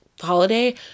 holiday